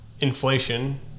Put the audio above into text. inflation